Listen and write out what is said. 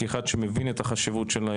כאחד שמבין את החשיבות,